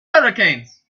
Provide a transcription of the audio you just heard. hurricanes